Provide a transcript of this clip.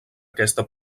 aquesta